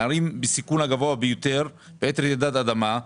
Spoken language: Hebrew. הערים הנמצאות בסיכון הגבוה ביותר בעת רעידת אדמה,